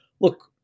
look